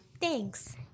Thanks